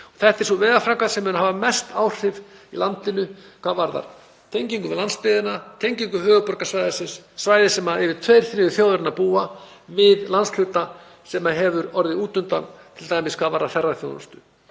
Þetta er sú vegaframkvæmd sem mun hafa mest áhrif í landinu hvað varðar tengingu við landsbyggðina, tengingu höfuðborgarsvæðisins, svæði þar sem yfir tveir þriðju þjóðarinnar búa, við landshluta sem hefur orðið út undan, t.d. hvað varðar ferðaþjónustu.